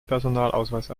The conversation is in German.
personalausweis